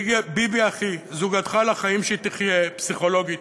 ביבי, אחי, זוגתך לחיים, שתחיה, פסיכולוגית.